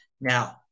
Now